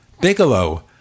Bigelow